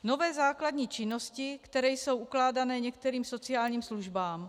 Nové základní činnosti, které jsou ukládány některým sociálním službám.